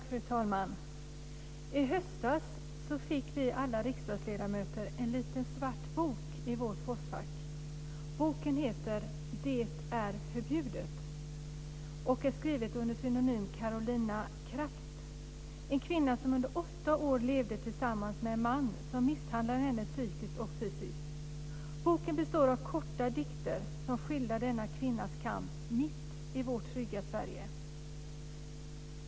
Fru talman! I höstas fick vi alla riksdagsledamöter en liten svart bok i vårt postfack. Boken heter Det är förbjudet. Den är skriven av pseudonymen Karolina Kraft. Det är en kvinna som under åtta år levde tillsammans med en man som misshandlade henne psykiskt och fysiskt. Boken består av korta dikter som skildrar denna kvinnas kamp mitt i vårt trygga Sverige.